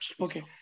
okay